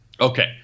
Okay